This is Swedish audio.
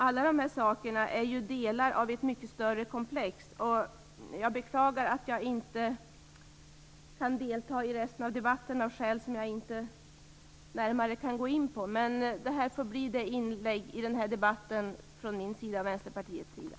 Alla dessa saker är ju delar av ett mycket större komplex. Jag beklagar att jag inte kan delta i resten av debatten av skäl som jag inte närmare kan gå in på, men det här får bli det inlägg i den här debatten som kommer från min och Vänsterpartiets sida.